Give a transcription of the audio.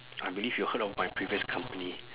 I believe you heard of my previous company